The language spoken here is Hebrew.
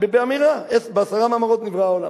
בעמידה, בעשרה מאמרות נברא העולם,